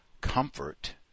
comfort